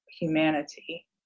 humanity